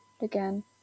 again